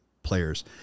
Players